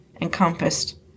encompassed